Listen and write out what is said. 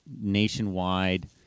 nationwide –